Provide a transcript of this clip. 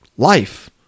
Life